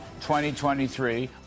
2023